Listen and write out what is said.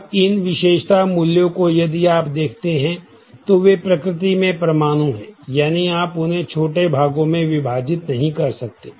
अब इन विशेषता मूल्यों को यदि आप देखते हैं तो वे प्रकृति में परमाणु हैं यानी आप उन्हें छोटे भागों में विभाजित नहीं कर सकते